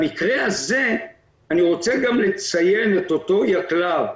במקרה הזה אני רוצה לציין את אותו יקל"ר.